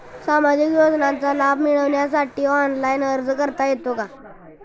सामाजिक योजनांचा लाभ मिळवण्यासाठी ऑनलाइन अर्ज करता येतो का?